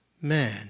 man